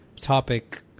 topic